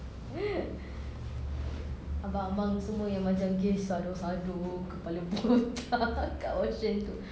abang-abang semua yang macam kes sado sado kepala botak dekat auction itu